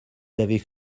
avaient